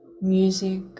music